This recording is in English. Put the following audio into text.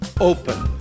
Open